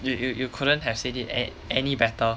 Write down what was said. you you you couldn't have said it an~ any better